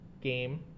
game